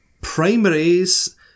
primaries